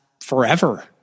forever